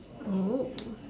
oh